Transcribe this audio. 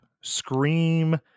scream